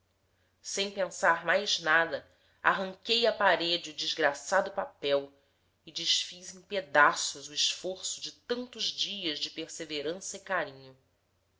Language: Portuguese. sem pensar mais nada arranquei à parede o desgraçado papel e desfiz em pedaços o esforço de tantos dias de perseverança e carinho